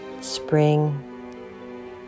spring